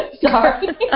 Sorry